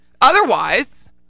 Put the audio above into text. Otherwise